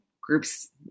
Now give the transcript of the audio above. groups